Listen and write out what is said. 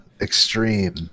Extreme